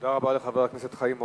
תודה רבה לחבר הכנסת חיים אורון.